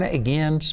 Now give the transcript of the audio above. again